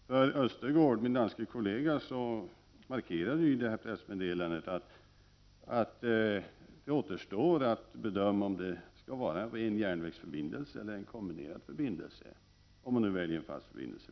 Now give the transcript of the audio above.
För min danske kollega Ostergaard markerar detta pressmeddelande att det återstår att bedöma om det skall vara en ren järnvägsförbindelse eller en kombinerad förbindelse, om man nu väljer en fast förbindelse.